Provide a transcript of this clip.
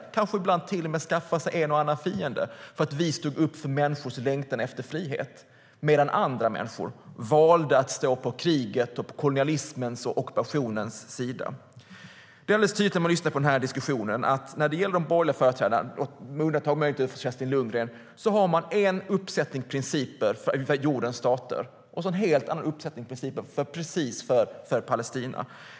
Vi kanske till och med ibland skaffade oss en och annan fiende för att vi stod upp för människors längtan efter frihet medan andra länder valde att stå på krigets, kolonialismens och ockupationens sida. Det är alldeles tydligt när man lyssnar på diskussionen att de borgerliga företrädarna, möjligtvis med undantag för Kerstin Lundgren, har en uppsättning principer för jordens stater och en helt annan uppsättning principer för Palestina.